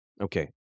okay